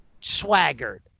swaggered